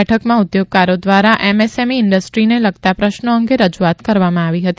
બેઠકમાં ઉદ્યોગકારો દ્વારા એમએસએમઇ ઇન્ડસ્ટ્રીને લગતા પ્રશ્નો અંગે રજુ આત કરવામાં આવી હતી